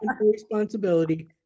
responsibility